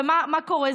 ומה קורה?